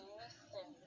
listen